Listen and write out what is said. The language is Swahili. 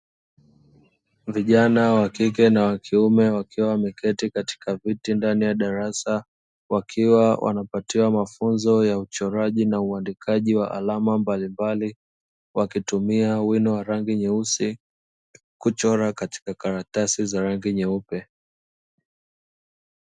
Vijana wakike na wakiume wakiwa wameketi katika viti ndani ya darasa wakiwa wanapatiwa mafunzo ya uchoraji na uandikaji wa alama mbalimbali, wakitumia wino wa rangi nyeusi kuchora katika karatasi za rangi nyeupe.